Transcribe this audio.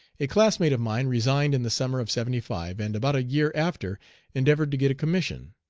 a classmate of mine resigned in the summer of seventy five, and about a year after endeavored to get a commission.